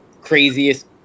craziest